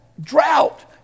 drought